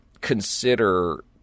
consider